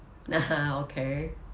okay